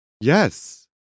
Yes